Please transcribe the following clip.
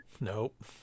nope